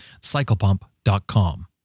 CyclePump.com